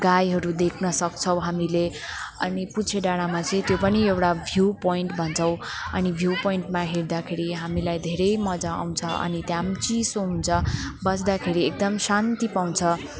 गाईहरू देख्न सक्छौँ हामीले अनि पुजे डाँडामा चाहिँ त्यो पनि एउटा भ्यू पोइन्ट भन्छौँ अनि भ्यू पोइन्टमा हेर्दाखेरि हामीलाई धेरै मज्जा आउँछ अनि त्यहाँ पनि चिसो हुन्छ बस्दाखेरि एकदम शान्ति पाउँछ